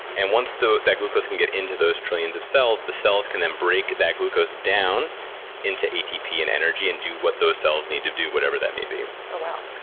and once that glucose can get into those trillions of cells, the cells can then break that glucose down into atp and energy and do what those cells need to do, whatever that may be. oh wow.